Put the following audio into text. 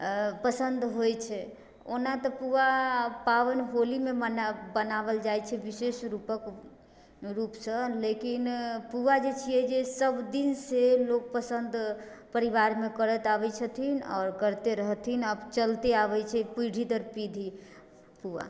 पसन्द होइत छै ओना तऽ पुआ पाबनि होलीमे बनाओल जाइत छै विशेष रूपक रूपसँ लेकिन पुआ जे छियै जे सब दिन से लोक पसन्द परिवारमे करत आबैत छथिन आओर करते रहथिन आ चलते आबैत छै पीढ़ी दर पीढ़ी पुआ